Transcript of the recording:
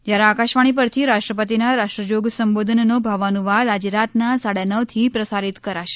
જ્યારે આકાશવાણી પરથી રાષ્ટ્રપતિના રાષ્ટ્રજોગ સંબોધનનો ભાવાનુવાદ આજે રાતના સાડા નવથી પ્રસારીત કરાશે